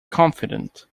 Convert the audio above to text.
confident